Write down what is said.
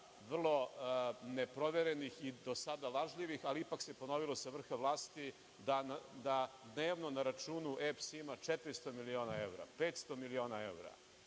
vrlo neproverenih i do sada lažljivih, ali ipak se ponovilo sa vrha vlasti da dnevno na računu EPS ima 400 miliona evra, 500 miliona evra,